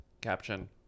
caption